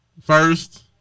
first